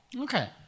Okay